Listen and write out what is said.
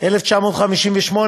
1958,